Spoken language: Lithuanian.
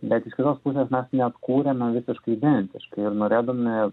bet iš kitos pusės mes neatkūrėme visiškai identiškai ir norėdami